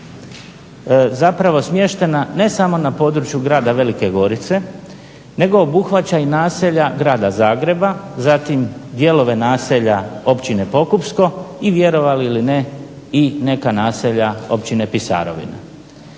zapravo smještena ne samo na području grada Velike Gorice nego obuhvaća i naselja Grada Zagreba, zatim dijelove naselja Općine Pokupsko i vjerovali ili ne i neka naselja Općine Pisarovina.